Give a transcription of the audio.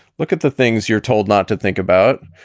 look at the things you're told not to think about.